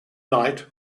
night